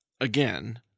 again